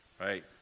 Right